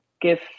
give